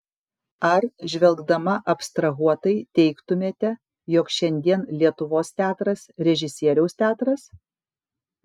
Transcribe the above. ar žvelgdama abstrahuotai teigtumėte jog šiandien lietuvos teatras režisieriaus teatras